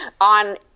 on